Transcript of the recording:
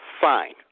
Fine